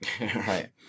Right